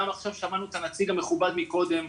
גם עכשיו שמענו את הנציג המכובד מקודם,